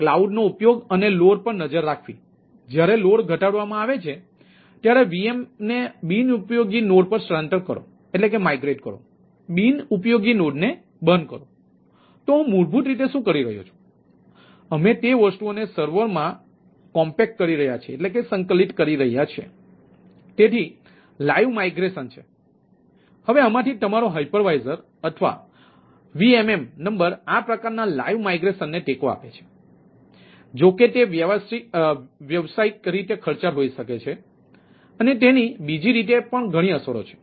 cloud અથવા VMM number આ પ્રકારના લાઇવ માઇગ્રેશનને ટેકો આપે છે જોકે તે વ્યાવસાયિક રીતે ખર્ચાળ હોઈ શકે છે અને તેની બીજી રીતે પણ ઘણી અસરો છે